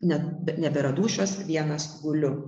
ne nebėra dūšios vienas guliu